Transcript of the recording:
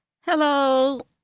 Hello